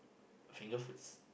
finger foods